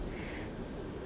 MPTY-